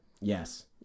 Yes